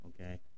Okay